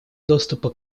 доступа